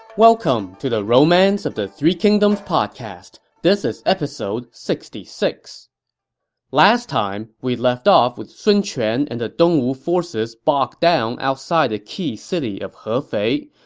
welcome to the romance of the three kingdoms podcast. this is episode sixty six point last time, we left off with sun quan and the dongwu forces bogged down outside the key city of hefei,